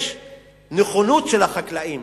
יש נכונות של החקלאים